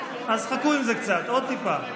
אז חכו עם זה קצת, עוד טיפה.